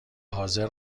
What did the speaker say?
حاضر